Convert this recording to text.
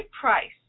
price